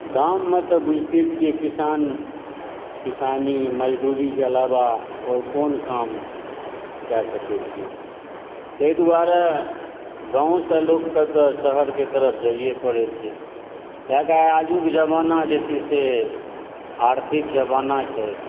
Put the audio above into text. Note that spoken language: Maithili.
गाममे तऽ बुझिते छियै किसान किसानी मजदूरीके आलावा आओर कोन काम कै सकै छी ताहि दुआरे गाँवसे लोककेँ तऽ शहरके तरफ तऽ जाइयए पड़ै छै कियाकि आजुक जमाना जे छै से आर्थिक जमाना छै